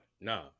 no